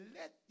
let